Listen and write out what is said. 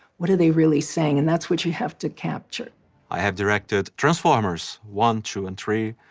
what are they really saying? and that's what you have to capture i have directed transformers one, two and three,